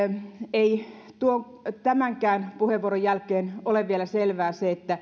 ei tämänkään puheenvuoron jälkeen ole vielä selvää se